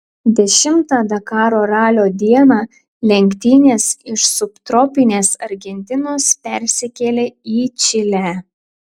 dešimtą dakaro ralio dieną lenktynės iš subtropinės argentinos persikėlė į čilę